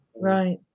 Right